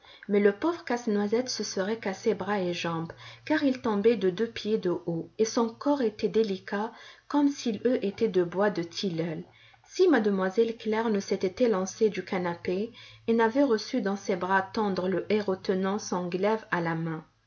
mais le pauvre casse-noisette se serait cassé bras et jambes car il tombait de deux pieds de haut et son corps était délicat comme s'il eût été de bois de tilleul si mademoiselle claire ne s'était élancée du canapé et n'avait reçu dans ses bras tendres le héros tenant son glaive à la main